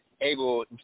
able